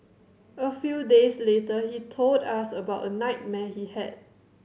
a few days later he told us about a nightmare he had